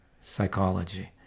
psychology